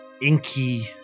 inky